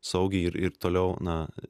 saugiai ir ir toliau na